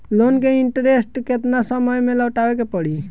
Loan के interest केतना समय में लौटावे के पड़ी?